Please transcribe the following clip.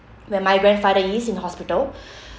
where my grandfather is in hospital